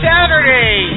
Saturday